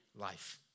life